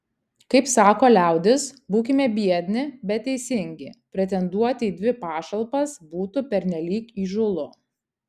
kaip sako liaudis būkime biedni bet teisingi pretenduoti į dvi pašalpas būtų pernelyg įžūlu